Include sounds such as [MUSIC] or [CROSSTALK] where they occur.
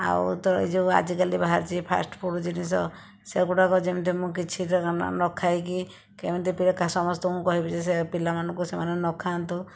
ଆଉ ତ ଏଇ ଯେଉଁ ଆଜିକାଲି ବାହାରିଛି ଫାଷ୍ଟଫୁଡ଼ ଜିନିଷ ସେଗୁଡ଼ାକ ଯେମିତି ମୁଁ କିଛି ନଖାଇକି କେମିତି [UNINTELLIGIBLE] ସମସ୍ତଙ୍କୁ କହିବି ଯେ ସେ ପିଲାମାନଙ୍କୁ ସେମାନେ ନଖାନ୍ତୁ